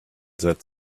that